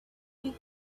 you